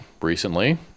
recently